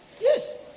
Yes